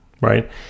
right